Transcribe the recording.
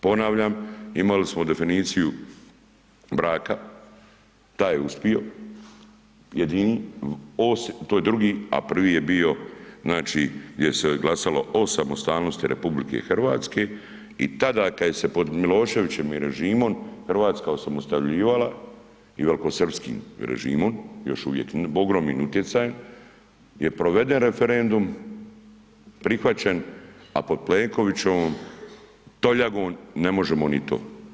Ponavljam, imali smo definiciju braka, taj je uspio jedini, to je drugi a prvi je je bio znači gdje se glasalo o samostalnosti RH i tada kada se je pod Miloševićevim režimom Hrvatska osamostaljivala i velikosrpskim režimom, još uvijek ogromnim utjecajem je proveden referendum, prihvaćen a pod Plenkovićevom toljagom ne možemo ni to.